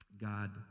God